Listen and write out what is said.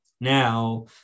Now